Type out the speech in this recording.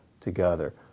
together